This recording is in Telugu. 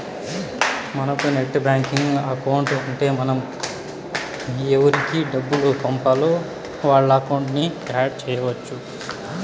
మనకు నెట్ బ్యాంకింగ్ అకౌంట్ ఉంటే మనం ఎవురికి డబ్బులు పంపాల్నో వాళ్ళ అకౌంట్లని యాడ్ చెయ్యచ్చు